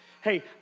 Hey